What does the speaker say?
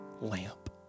lamp